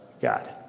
God